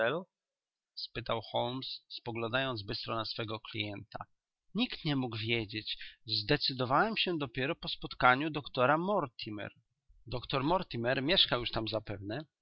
spytał holmes spoglądając bystro na swego klienta nikt nie mógł wiedzieć zdecydowałem się dopiero po spotkaniu doktora mortimer doktor mortimer mieszkał już tam zapewne